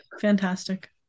Fantastic